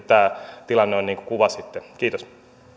tämä tilanne on niin kuin kuvasitte kiitos